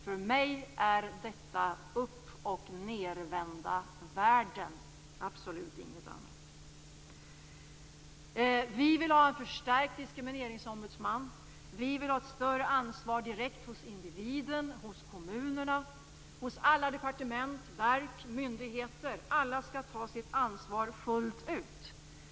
För mig är detta uppochnedvända världen - absolut inget annat! Vi vill ha en förstärkt diskrimineringsombudsman. Vi vill lägga ett större ansvar direkt hos individen, hos kommunerna och hos alla departement, verk och myndigheter. Alla skall ta sitt ansvar fullt ut.